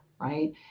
right